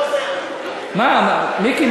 מה, מיקי?